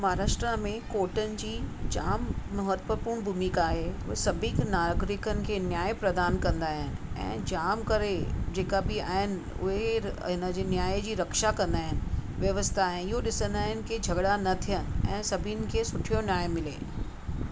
महाराष्ट्रा में कोर्टनि जी जामु महत्वपुर्ण भुमिका आहे उहे सभिक नागरिकनि खे न्याय प्रदान कंदा आया आहिनि ऐं जामु करे जेका बि आहिनि उहे एर इनजे न्याय जी रक्षा कंदा आहिनि व्यवस्था ऐं इहो ॾिसंदा आहिनि कि झॻड़ा न थियनि ऐं सभिनि खे सुठो न्याय मिले